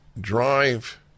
Drive